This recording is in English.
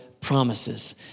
Promises